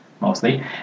mostly